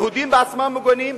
היהודים בעצמם מוגנים,